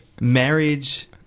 Marriage